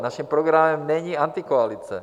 Naším programem není antikoalice.